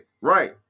Right